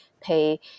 pay